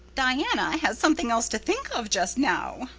diana has something else to think of just now,